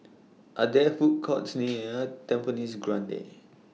Are There Food Courts near Tampines Grande